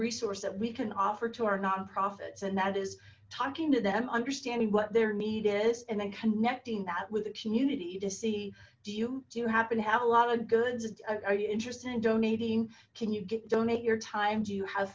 resource that we can offer to our nonprofits and that is talking to them understanding what their need is and then connecting that with the community to see do you do happen to have a lot of goods are you interested in donating can you donate your time do you have